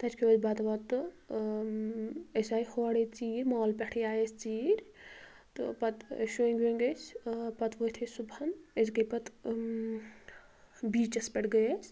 تَتہِ کھیٛو اسہِ بتہٕ وتہٕ تہٕ ٲں أسۍ آیہِ ہوڑٔے ژیٖرۍ مال پٮ۪ٹھٔے آیہِ أسۍ ژیٖرۍ تہٕ پتہٕ شوٚنٛگۍ ووٚنٛگۍ أسۍ ٲں پتہٕ وۄتھۍ أسۍ صُبحن أسۍ گٔے پتہٕ بیٖچس پٮ۪ٹھ گٔے أسۍ